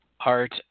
art